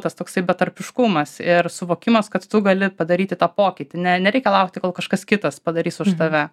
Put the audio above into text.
tas toksai betarpiškumas ir suvokimas kad tu gali padaryti tą pokytį ne nereikia laukti kol kažkas kitas padarys už tave